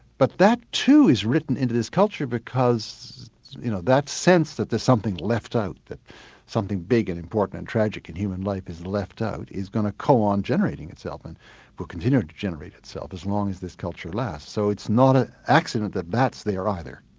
but that too is written into this culture, because you know that sense that there's something left out, that something big and important and tragic in human life is left out, is going to go on generating itself, and will continue to generate itself as long as this culture lasts. so it's not an ah accident that that's there either,